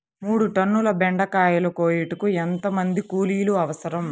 మూడు టన్నుల బెండకాయలు కోయుటకు ఎంత మంది కూలీలు అవసరం?